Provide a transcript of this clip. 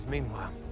Meanwhile